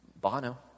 Bono